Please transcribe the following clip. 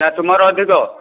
ନା ତୁମର ଅଧିକ